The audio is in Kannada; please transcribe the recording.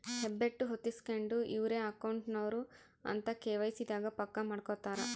ಹೆಬ್ಬೆಟ್ಟು ಹೊತ್ತಿಸ್ಕೆಂಡು ಇವ್ರೆ ಅಕೌಂಟ್ ನವರು ಅಂತ ಕೆ.ವೈ.ಸಿ ದಾಗ ಪಕ್ಕ ಮಾಡ್ಕೊತರ